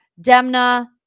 Demna